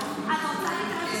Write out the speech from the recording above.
את רוצה להתערב?